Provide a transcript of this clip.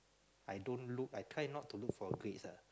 I don't look I try not to look for grades ah